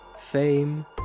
fame